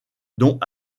dont